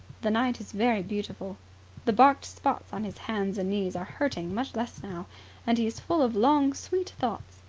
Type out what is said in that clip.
the night is very beautiful the barked spots on his hands and knees are hurting much less now and he is full of long, sweet thoughts.